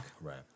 Right